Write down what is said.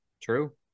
True